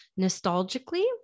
nostalgically